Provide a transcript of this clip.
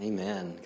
Amen